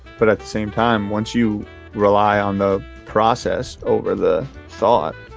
but at the same time, once you rely on the process over the thought,